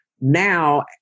now